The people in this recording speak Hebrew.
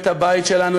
את הבית שלנו,